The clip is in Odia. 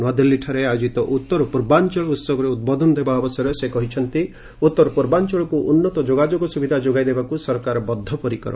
ନ୍ତଆଦିଲ୍ଲୀଠାରେ ଆୟୋଜିତ ଉତ୍ତର ପୂର୍ବାଞ୍ଚଳ ଉତ୍ସବରେ ଉଦ୍ବୋଧନ ଦେବା ଅବସରରେ ସେ କହିଛନ୍ତି ଉତ୍ତରାପୂର୍ବାଞଳକୁ ଉନ୍ନତ ଯୋଗାଯୋଗ ସୁବିଧା ଯୋଗାଇ ଦେବାକୁ ସରକାର ବଦ୍ଧପରିକର